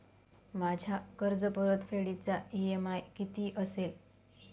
माझ्या कर्जपरतफेडीचा इ.एम.आय किती असेल?